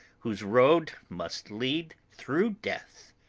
whose road must lead through death,